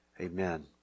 Amen